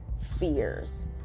fears